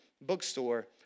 bookstore